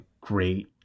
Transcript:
great